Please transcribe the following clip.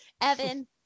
Evan